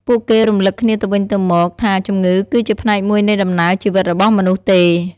ពួកគេរំលឹកគ្នាទៅវិញទៅមកថាជំងឺគឺជាផ្នែកមួយនៃដំណើរជីវិតរបស់មនុស្សទេ។